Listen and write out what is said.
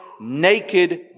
naked